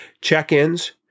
Check-ins